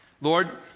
Lord